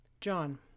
John